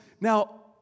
now